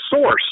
source